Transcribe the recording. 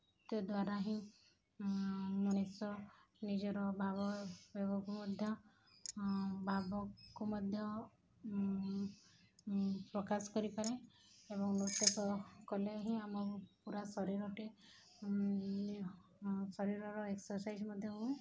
ନୃତ୍ୟ ଦ୍ୱାରା ହିଁ ମଣିଷ ନିଜର ଭାବ ଭାବକୁ ମଧ୍ୟ ଭାବକୁ ମଧ୍ୟ ପ୍ରକାଶ କରିପାରେ ଏବଂ ନୃତ୍ୟ କଲେ ହିଁ ଆମ ପୁରା ଶରୀରରେ ଶରୀରର ଏକ୍ସରସାଇଜ୍ ମଧ୍ୟ ହୁଏ